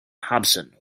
hudson